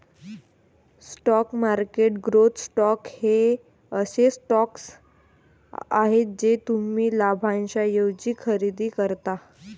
stock market growth stocks हे असे stocks आहेत जे तुम्ही लाभांशाऐवजी खरेदी करता